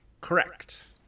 Correct